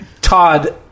Todd